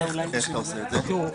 איך אתה עושה את זה?